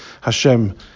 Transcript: Hashem